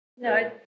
No